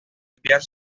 cambiar